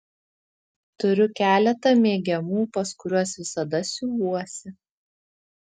turiu keletą mėgiamų pas kuriuos visada siuvuosi